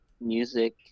music